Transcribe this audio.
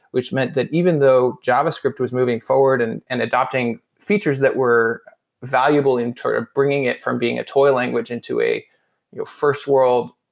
which meant that even though javascript was moving forward and and adopting features that were valuable in sort of bringing it from being a toy language into a your first-world,